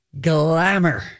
Glamour